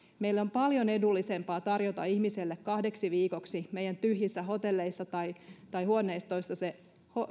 meille on paljon edullisempaa tarjota ihmiselle kahdeksi viikoksi meidän tyhjistä hotelleistamme tai tai huoneistoistamme se